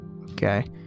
okay